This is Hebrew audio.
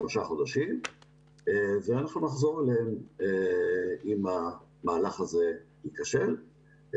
שלושה חודשים ונחזור אליהם אם המהלך הזה ייכשל,